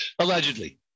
Allegedly